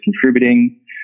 contributing